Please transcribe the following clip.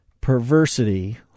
perversity